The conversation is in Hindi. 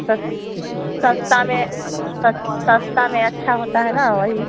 सस सस्ता में सस सस्ता में अच्छा होता है ना वही